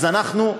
אז אנחנו,